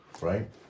Right